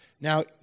Now